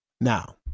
Now